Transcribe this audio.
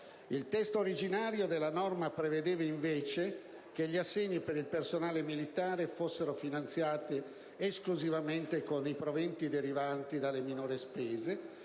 Il testo originario della norma prevedeva, invece, che gli assegni per il personale militare fossero finanziati esclusivamente con i proventi derivanti dalle minori spese